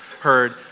heard